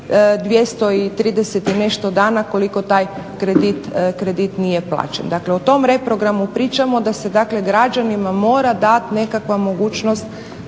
230 i nešto dana koliko taj kredit nije plaćen. Dakle, o tom reprogramu pričamo da se dakle građanima mora dati nekakva mogućnost